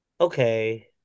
okay